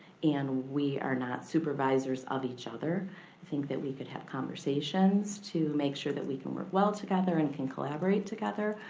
and we are not supervisors of each other. i think that we could have conversations to make sure that we can work well together and can collaborate together.